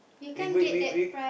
we going we we